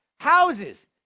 houses